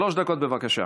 שלוש דקות, בבקשה.